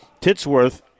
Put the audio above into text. Titsworth